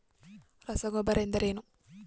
ರಸಗೊಬ್ಬರ ಎಂದರೇನು?